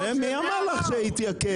מי אמר לך שהוא יתייקר?